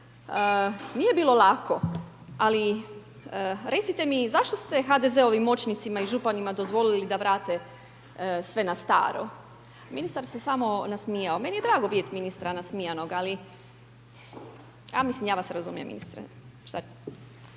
Nije bilo lako ali recite mi zašto ste HDZ-ovim moćnicima i županima dozvolili da vrate sve na staro? Ministar se samo nasmijao. Meni je drago vidjeti ministra nasmijanog ali, mislim, ja vas razumijem, ministre.